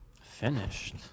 finished